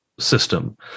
system